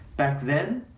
back then,